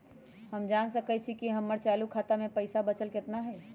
हम जान सकई छी कि हमर चालू खाता में पइसा बचल कितना हई